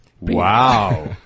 Wow